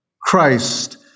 Christ